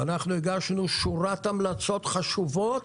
והגשנו שורת המלצות חשובות